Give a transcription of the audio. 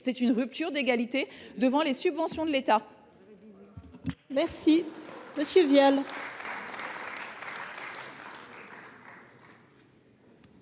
qu’une rupture d’égalité devant les subventions de l’État.